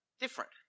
different